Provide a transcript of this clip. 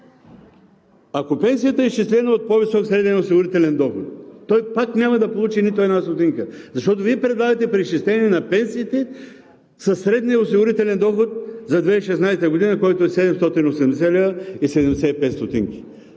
ако пенсията е изчислена от по-висок среден осигурителен доход, той пак няма да получи нито една стотинка, защото Вие предлагате преизчисление на пенсиите със средния осигурителен доход за 2016 г., който е 780,75 лв.